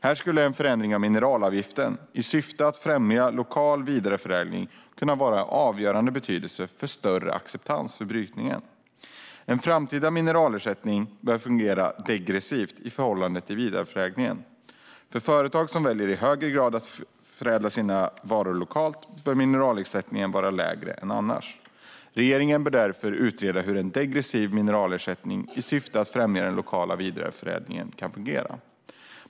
Här kan en förändring av mineralavgiften i syfte att främja lokal vidareförädling ha avgörande betydelse för en större acceptans för brytningen. En framtida mineralersättning bör fungera degressivt i förhållande till vidareförädling. För företag som väljer att i högre grad förädla sina råvaror lokalt bör mineralersättningen vara lägre än annars. Regeringen bör därför utreda hur en degressiv mineralersättning, i syfte att främja den lokala vidareförädlingen, kan fungera.